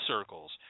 circles